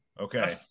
Okay